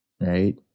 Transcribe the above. Right